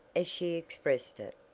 as she expressed it.